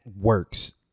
works